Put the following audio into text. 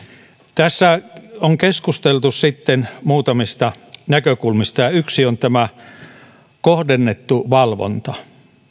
tässä on keskusteltu sitten muutamista näkökulmista ja yksi on tämä kohdennettu valvonta